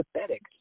pathetic